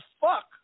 fuck